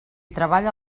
treballa